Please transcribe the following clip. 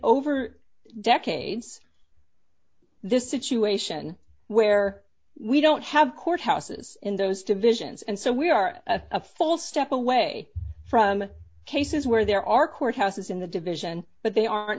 over decades this situation where we don't have courthouses in those divisions and so we are a full step away from the cases where there are courthouses in the division but they aren't